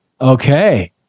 Okay